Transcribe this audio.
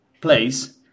place